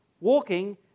walking